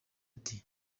ati